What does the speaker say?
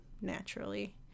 naturally